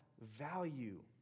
value